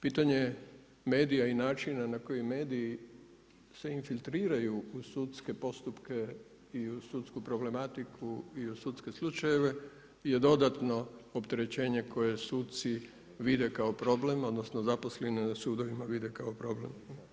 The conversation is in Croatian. Pitanje medija i načina na koji mediji se infiltriraju u sudske postupke i u sudsku problematiku i u sudske slučajeve je dodatno opterećenje koje suci vide kao problem, odnosno zaposleni na sudovima vide kao problem.